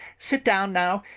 sit down now,